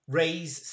raise